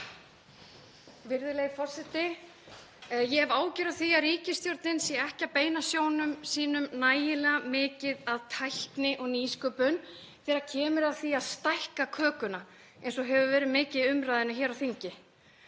Virðulegi forseti. Ég hef áhyggjur af því að ríkisstjórnin sé ekki að beina sjónum sínum nægilega mikið að tækni og nýsköpun þegar kemur að því að stækka kökuna eins og hefur verið mikið í umræðunni hér á þingi.